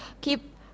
keep